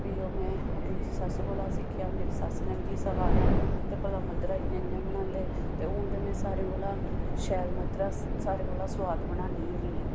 ओह् बी में अपनी सस्स कोला सिक्खेआ सस्स नै मिगी सखाया ते भला मद्धरा इ'यां इ'यां सुआद बनान्नी होन्नी आं